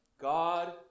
God